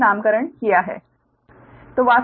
मैंने नामकरण किया है